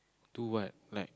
do what like